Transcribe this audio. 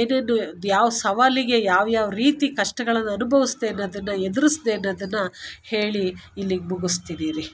ಏನೇನು ಯಾವ ಸವಾಲಿಗೆ ಯಾವ ಯಾವ ರೀತಿ ಕಷ್ಟಗಳನ್ನು ಅನುಭವಿಸಿದೇ ಅನ್ನೋದನ್ನು ಎದುರಿಸ್ದೇ ಅನ್ನೋದನ್ನು ಹೇಳಿ ಇಲ್ಲಿಗೆ ಮುಗಿಸ್ತೀನಿ ರೀ